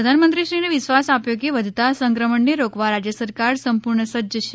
પ્રધાનમંત્રીશ્રીને વિશ્વાસ આપ્યો કે વધતા સંક્રમણને રોકવા રાજ્ય સરકાર સંપૂર્ણ સજ્જ છે